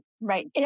right